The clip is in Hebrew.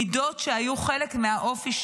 מידות שהיו חלק מהאופי שלו,